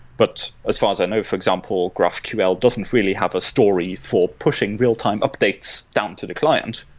but as far as i know, for example, graphql doesn't really have a story for pushing real-time updates down to the client.